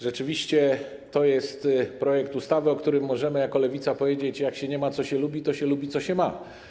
Rzeczywiście to jest projekt ustawy, o którym możemy jako Lewica powiedzieć: jak się nie ma, co się lubi, to się lubi, co się ma.